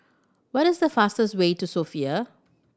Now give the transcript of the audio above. what is the fastest way to Sofia